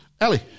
Ellie